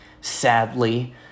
sadly